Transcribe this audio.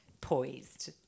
Poised